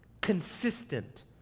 consistent